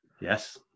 Yes